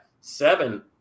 seven